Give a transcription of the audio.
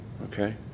Okay